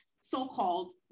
so-called